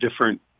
different